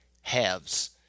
halves